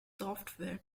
software